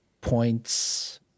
points